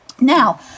Now